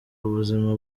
buzima